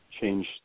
change